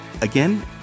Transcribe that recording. Again